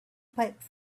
pipe